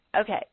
Okay